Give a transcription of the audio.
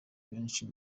benshi